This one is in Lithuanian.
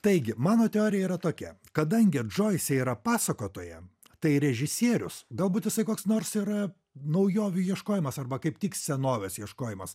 taigi mano teorija yra tokia kadangi džoisė yra pasakotoja tai režisierius galbūt jisai koks nors yra naujovių ieškojimas arba kaip tik senovės ieškojimas